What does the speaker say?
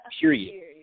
Period